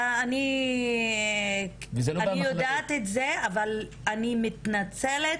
אני יודעת את זה אבל אני מתנצלת,